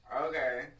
Okay